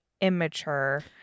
immature